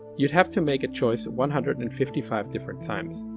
you'd have to make a choice one hundred and fifty five different times.